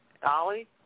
Dolly